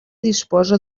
disposa